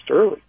early